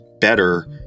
better